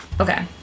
Okay